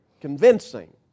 convincing